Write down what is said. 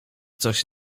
coś